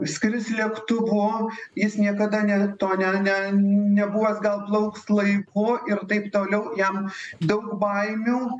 skris lėktuvu jis niekada ne to ne ne nebuvęs gal plauks laiku ir taip toliau jam daug baimių